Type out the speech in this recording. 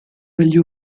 degli